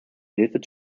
hilfe